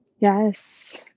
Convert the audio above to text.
Yes